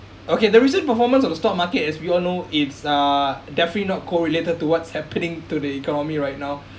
okay the recent performance of the stock market as we all know it's uh definitely not correlated to what's happening to the economy right now